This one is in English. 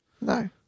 No